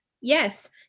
yes